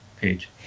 page